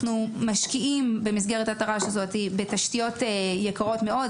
משקיעים במסגרת התר"ש הזאת בתשתיות יקרות מאוד,